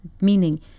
Meaning